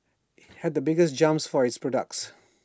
had the biggest jumps for its products